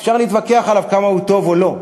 אפשר להתווכח עליו כמה הוא טוב או לא,